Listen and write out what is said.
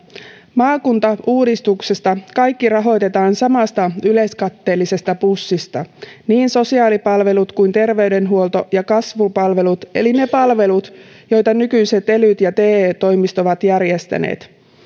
maakuntauudistuksessa kaikki rahoitetaan samasta yleiskatteellisesta pussista niin sosiaalipalvelut kuin terveydenhuolto ja kasvupalvelut eli ne palvelut joita nykyiset elyt ja te toimistot ovat järjestäneet